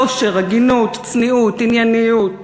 יושר, הגינות, צניעות, ענייניות.